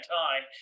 time